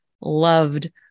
loved